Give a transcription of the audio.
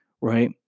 right